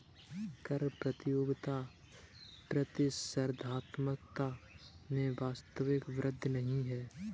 कर प्रतियोगिता प्रतिस्पर्धात्मकता में वास्तविक वृद्धि नहीं है